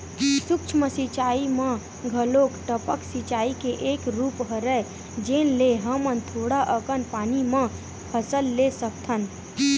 सूक्ष्म सिचई म घलोक टपक सिचई के एक रूप हरय जेन ले हमन थोड़ा अकन पानी म फसल ले सकथन